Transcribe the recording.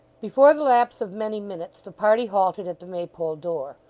before the lapse of many minutes the party halted at the maypole door.